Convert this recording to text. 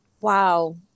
wow